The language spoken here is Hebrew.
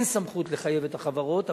אין סמכות לחייב את החברות,